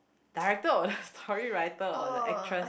director or the story writer or the actress